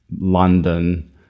London